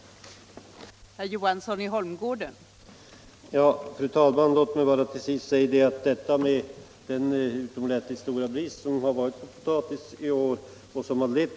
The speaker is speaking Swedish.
förhindra spridning